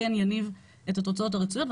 כן יניב את התוצאות הרצויות,